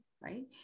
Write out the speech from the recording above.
right